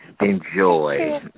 enjoy